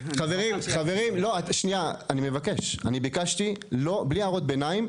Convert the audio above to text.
חברים, אני מבקש, בלי הערות ביניים.